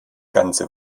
ganze